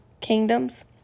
kingdoms